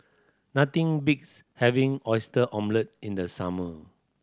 nothing having Oyster Omelette in the summer